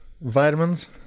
vitamins